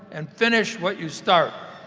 and finish what you start.